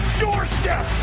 doorstep